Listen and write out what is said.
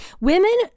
women